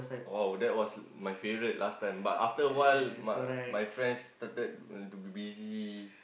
oh that was my favourite last time but after awhile my my friends started to be busy